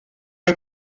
are